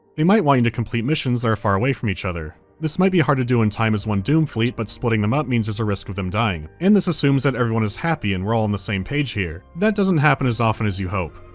they might want you to complete missions that are far away from each other. this might be hard to do in time as one doom fleet, but splitting them up means there is a risk of them dying. and this assumes that everyone is happy and we're all on the same page here. that doesn't happen as often as you hope.